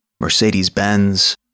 Mercedes-Benz